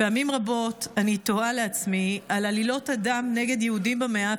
פעמים רבות אני תוהה לעצמי על עלילות הדם נגד יהודים במאה הקודמת: